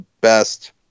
best